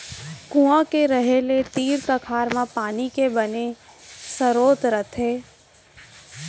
कुँआ के रहें ले तीर तखार म पानी के बने सरोत रहिथे